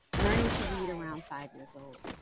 learning to read around five years old,